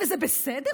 וזה בסדר?